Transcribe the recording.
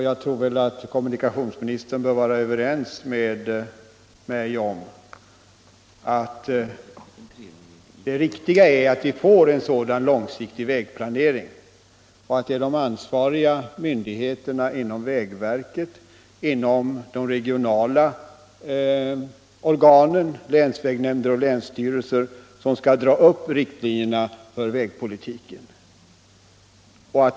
Jag tror att kommunikationsministern är ense med mig om att det är riktigt att vi får en långsiktig vägplanering och att det är de ansvariga inom vägverket och inom de regionala organen —- länsvägnämnder och länsstyrelser — som skall göra avvägningarna mellan olika vägprojekt.